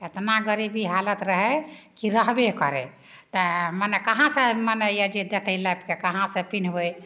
एतना गरीबी हालत रहै कि रहबे करै तऽ मने कहाँसे मने यऽ जे देतै लाबिके कहाँसे पिन्हबै